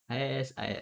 I_S_I_S